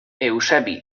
eusebi